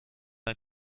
ein